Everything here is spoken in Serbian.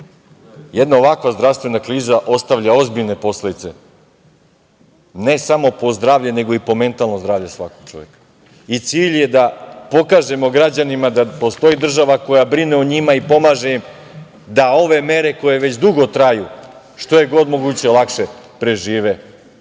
jedna ovakva zdravstvena kriza ostavlja ozbiljne posledice, ne samo po zdravlje nego i po mentalno zdravlje svakog čoveka i cilj je da pokažemo građanima da postoji država koja brine o njima i pomaže im da ove mere, koje već dugo traju, što je god moguće i lakše prežive